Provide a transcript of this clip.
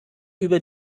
über